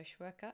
worker